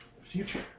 future